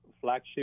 flagship